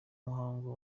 muhango